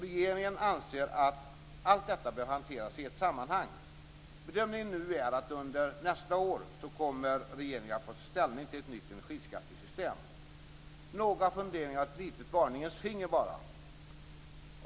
Regeringen anser att allt detta bör hanteras i ett sammanhang. Bedömningen nu är att riksdagen under nästa år kommer att få ta ställning till ett nytt energiskattesystem. Jag har bara några funderingar och vill bara höja ett varningens finger.